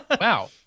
Wow